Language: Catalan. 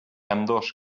ambdós